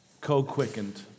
co-quickened